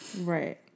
Right